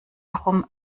darum